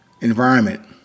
environment